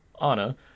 Anna